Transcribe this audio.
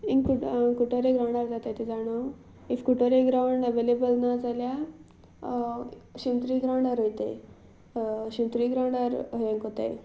हांगां कुडतरी कुडतरी ग्राउंडार जातात ते जाणा हांव इफ कुडतरी ग्राउंड अवेलेबल ना जाल्यार शिमतरी ग्राउंडार वतात शिमतरी ग्राउंडार हें करतात